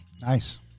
Nice